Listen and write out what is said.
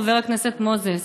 חבר הכנסת מוזס,